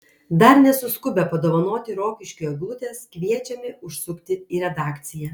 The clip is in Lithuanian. dar nesuskubę padovanoti rokiškiui eglutės kviečiami užsukti į redakciją